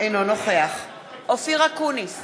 אינו נוכח אופיר אקוניס,